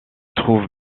trouvent